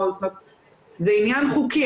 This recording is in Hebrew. זה עניין חוקי,